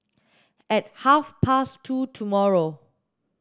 at half past two tomorrow